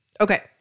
Okay